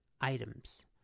items